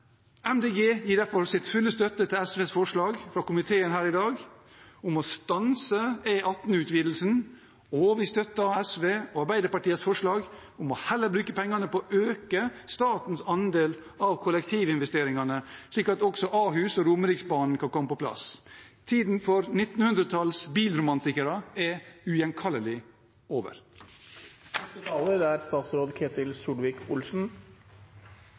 Grønne gir derfor sin fulle støtte til SVs forslag om å stanse E18-utvidelsen, og vi støtter SV og Arbeiderpartiets forslag om heller å bruke pengene på å øke statens andel av kollektivinvesteringene, slik at også Ahus og Romeriksbanen kan komme på plass. Tiden for 1900-talls bilromantikere er ugjenkallelig over. Det er